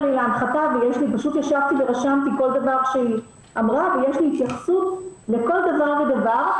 לי להנחתה ורשמתי כל דבר שהיא אמרה ויש לי התייחסות לכל דבר ודבר,